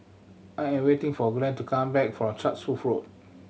I am waiting for Glenn to come back from Chatsworth Road